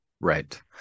right